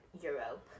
Europe